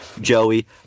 Joey